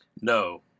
No